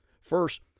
First